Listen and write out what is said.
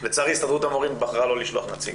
לצערי הסתדרות המורים בחרה לא לשלוח נציג.